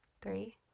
Three